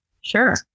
sure